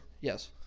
Yes